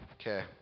Okay